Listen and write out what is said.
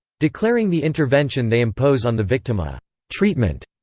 declaring the intervention they impose on the victim a treatment,